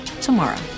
tomorrow